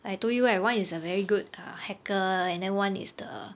I told you right one is a very good uh hacker and then one is the